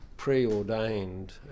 preordained